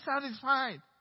satisfied